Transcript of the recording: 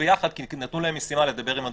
יחד כי נתנו להם משימה לדבר עם הדובר.